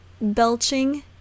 belching